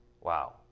wow